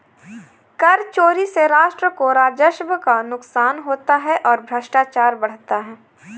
कर चोरी से राष्ट्र को राजस्व का नुकसान होता है और भ्रष्टाचार बढ़ता है